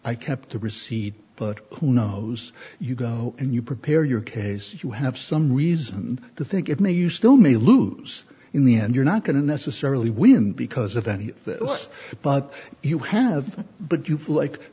i kept the receipt but who knows you go and you prepare your case you have some reason to think it may you still may lose in the end you're not going to necessarily win because of that but you have but you feel like